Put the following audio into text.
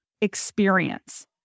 experience